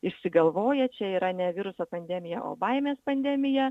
išsigalvoja čia yra ne viruso pandemija o baimės pandemija